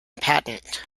patent